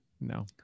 no